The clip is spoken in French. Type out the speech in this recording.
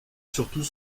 surtout